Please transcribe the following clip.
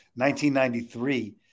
1993